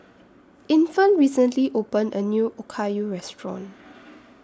Infant recently opened A New Okayu Restaurant